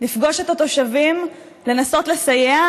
לפגוש את התושבים, לנסות לסייע.